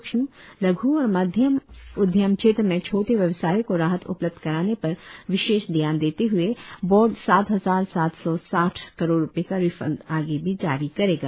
सुक्ष्म लघ् और मध्यम उद्यम क्षेत्र में छोटे व्यवसायों को राहत उपलब्ध कराने पर विशेष ध्यान देते ह्ए बोर्ड सात हजार सात सौ साठ करोड़ रुपये का रिफंड आगे भी जारी करेगा